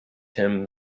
him